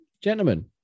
gentlemen